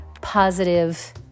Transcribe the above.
positive